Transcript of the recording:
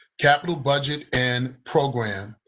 capital budget and program.